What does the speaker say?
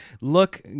look